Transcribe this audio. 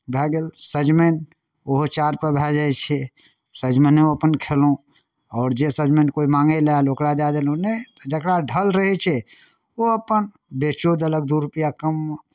भए गेल सजमनि ओहो चाड़पर भए जाइ छै सजमनिओ अपन खेलहुँ आओर जे सजमनि कोइ माङ्गय लेल आयल ओकरा दए देलहुँ नहि जकरा ढल रहै छै ओ अपन बेचो देलक दू रुपैआ कममे